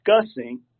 discussing